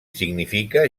significa